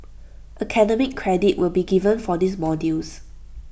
academic credit will be given for these modules